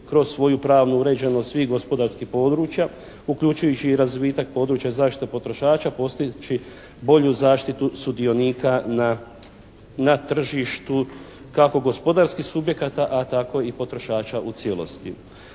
kroz svoju pravnu uređenost svih gospodarskih područja, uključujući i razvitak područja zaštite potrošača postavljajući bolju zaštitu sudionika na tržištu kako gospodarskih subjekata, a tako i potrošača u cijelosti.